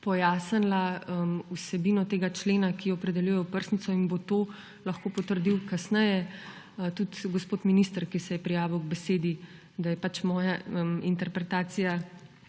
pojasnila vsebino tega člena, ki opredeljuje oprsnico, in bo kasneje lahko potrdil tudi gospod minister, ki se je prijavil k besedi, to, da je moja interpretacija